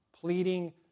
pleading